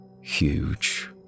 Huge